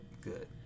good